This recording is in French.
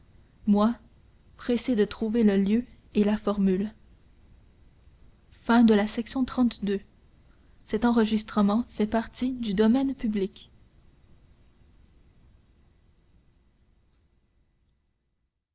moi pressé de trouver le lieu et la formule